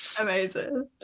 Amazing